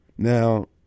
Now